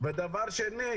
ודבר שני,